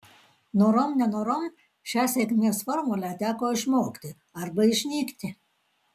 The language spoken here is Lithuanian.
norom nenorom šią sėkmės formulę teko išmokti arba išnykti